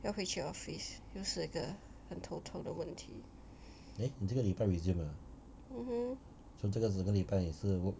要回去 office 就是一个很头痛的问题 mmhmm